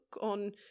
on